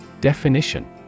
Definition